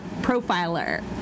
profiler